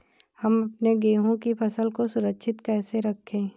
हम अपने गेहूँ की फसल को सुरक्षित कैसे रखें?